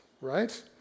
right